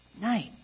night